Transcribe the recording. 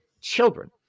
children